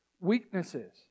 weaknesses